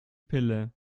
pille